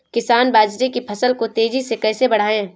किसान बाजरे की फसल को तेजी से कैसे बढ़ाएँ?